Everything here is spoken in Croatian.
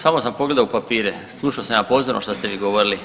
Samo sam pogledao u papire, slušao sam ja pozorno što ste vi govorili.